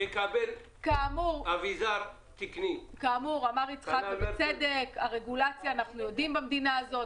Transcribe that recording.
אמר יצחק בצדק: הרגולציה אנחנו יודעים במדינה הזאת,